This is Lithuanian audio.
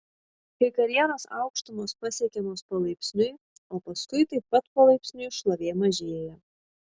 kai karjeros aukštumos pasiekiamos palaipsniui o paskui taip pat palaipsniui šlovė mažėja